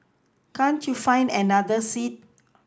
can't you find another seat